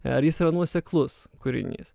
ar jis nuoseklus kūrinys